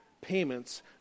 payments